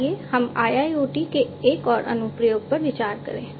आइए हम IIoT के एक और अनुप्रयोग पर विचार करें